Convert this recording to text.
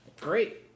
Great